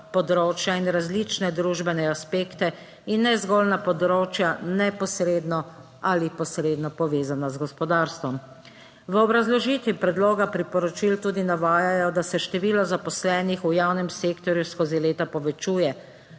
in različne družbene aspekte in ne zgolj na področja neposredno ali posredno povezana z gospodarstvom. V obrazložitvi predloga priporočil tudi navajajo, da se število zaposlenih v javnem sektorju skozi leta povečuje,